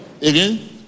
Again